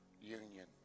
union